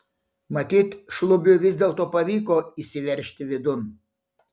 matyt šlubiui vis dėlto pavyko įsiveržti vidun